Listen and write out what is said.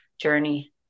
journey